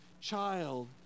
child